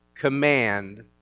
command